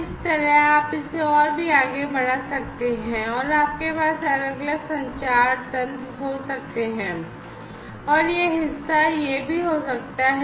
इस तरह आप इसे और भी आगे बढ़ा सकते हैं और आपके पास अलग अलग संचार तंत्र हो सकते हैं